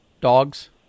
Dogs